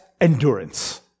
endurance